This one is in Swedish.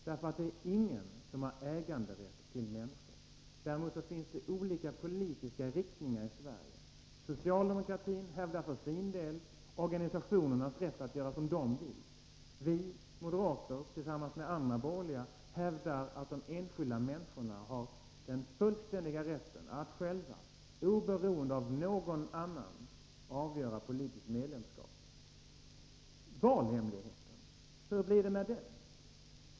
Det är ingen som har äganderätt till människor. Däremot finns det olika politiska riktningar i Sverige. Socialdemokratin hävdar för sin del organisationernas rätt att göra som de vill. Vi moderater tillsammans med andra borgerliga partier hävdar att de enskilda människorna har full rätt att själva oberoende av någon annan avgöra sitt politiska medlemskap. Valhemligheten — hur blir det med den?